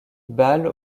balles